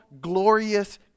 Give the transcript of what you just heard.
glorious